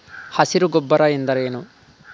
ಹಸಿರು ಗೊಬ್ಬರ ಎಂದರೇನು?